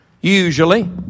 Usually